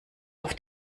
auf